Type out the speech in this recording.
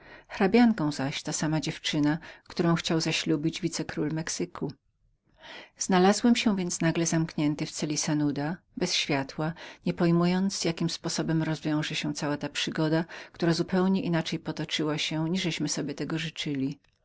hrabianką zaś ta sama dziewczyna którą chciał zaślubić wice król mexyku znalazłem się więc od razu zamkniętym w celi sanuda bez światła nie pojmując jakim sposobem rozwiąże się cała ta przygoda która zupełnie inaczej powiodła się aniżeliśmy sobie życzyli